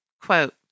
quote